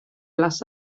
las